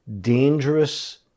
dangerous